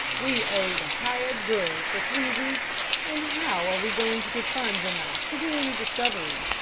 we owe the hired girl for three weeks and how are we going to get funds enough to do any discovering,